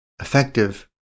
effective